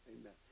amen